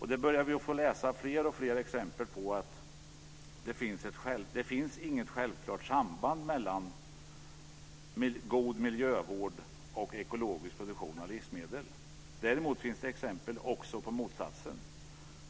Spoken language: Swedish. Och vi börjar läsa fler och fler exempel på att det inte finns något självklart samband mellan god miljövård och ekologisk produktion av livsmedel. Däremot finns det exempel på motsatsen.